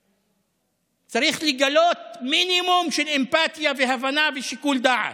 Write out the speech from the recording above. פרוטקציה?) צריך לגלות מינימום של אמפתיה והבנה ושיקול דעת,